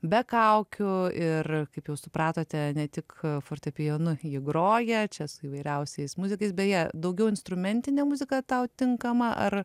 be kaukių ir kaip jau supratote ne tik fortepijonu ji groja čia su įvairiausiais muzikais beje daugiau instrumentinė muzika tau tinkama ar